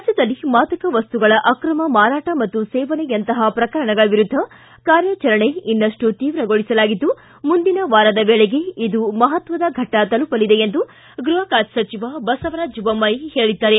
ರಾಜ್ಯದಲ್ಲಿ ಮಾದಕ ವಸ್ತುಗಳ ಆಕ್ರಮ ಮಾರಾಟ ಮತ್ತು ಸೇವನೆಯಂತಪ ಪ್ರಕರಣಗಳ ವಿರುದ್ದ ಕಾರ್ಯಾಚರಣೆ ಇನ್ನಷ್ಟು ತೀವ್ರಗೊಳಿಸಲಾಗಿದ್ದು ಮುಂದಿನ ವಾರದ ವೇಳೆಗೆ ಇದು ಮಹತ್ವದ ಘಟ್ಟ ತಲುಪಲಿದೆ ಎಂದು ಗೃಹ ಖಾತೆ ಸಚಿವ ಬಸವರಾಜ ಬೊಮ್ಪಾಯಿ ಹೇಳಿದ್ದಾರೆ